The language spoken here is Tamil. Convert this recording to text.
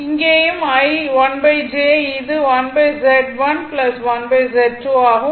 இங்கேயும் 1 j இது 1 z1 1 z2 ஆகும்